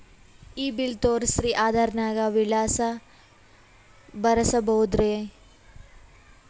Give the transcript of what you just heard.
ಈ ಬಿಲ್ ತೋಸ್ರಿ ಆಧಾರ ನಾಗ ವಿಳಾಸ ಬರಸಬೋದರ?